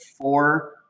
four